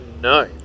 no